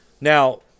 Now